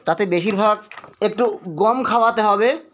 তাতে বেশিরভাগ একটু গম খাওয়াতে হবে